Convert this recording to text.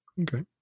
Okay